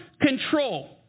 control